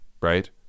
right